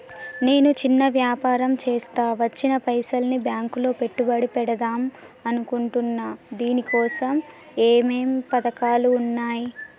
నేను చిన్న వ్యాపారం చేస్తా వచ్చిన పైసల్ని బ్యాంకులో పెట్టుబడి పెడదాం అనుకుంటున్నా దీనికోసం ఏమేం పథకాలు ఉన్నాయ్?